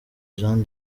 jean